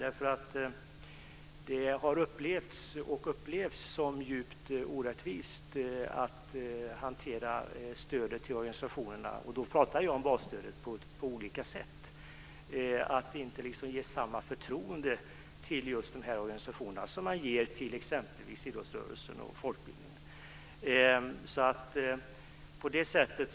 Det har upplevts och upplevs som djupt orättvist att basstödet till organisationerna hanteras på olika sätt, att man inte ger samma förtroende till dessa organisationer som man ger exempelvis till idrottsrörelsen och folkbildningen.